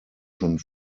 schon